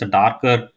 darker